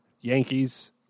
Yankees